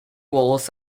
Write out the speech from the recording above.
walls